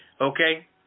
okay